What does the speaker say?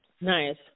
Nice